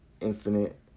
infinite